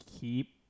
keep